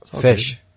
Fish